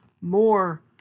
more